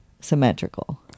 symmetrical